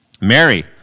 Mary